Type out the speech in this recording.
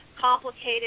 complicated